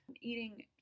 eating